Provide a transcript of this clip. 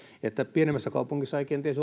pienemmässä kaupungissa ei kenties